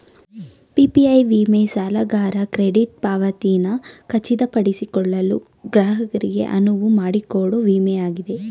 PPI ವಿಮೆ ಸಾಲಗಾರ credit ಪಾವತಿಯನ್ನ ಖಚಿತಪಡಿಸಿಕೊಳ್ಳಲು ಗ್ರಾಹಕರಿಗೆ ಅನುವುಮಾಡಿಕೊಡೊ ವಿಮೆ ಆಗಿದೆ